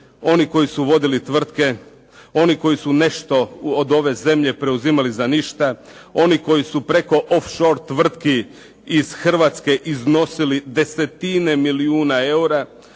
oni koji su vodili tvrtke, oni koji su nešto od ove zemlje preuzimali za ništa, oni koji su preko of shore tvrtki iz Hrvatske iznosili desetine milijuna eura.